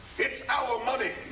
it's our money!